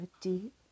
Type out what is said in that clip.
deep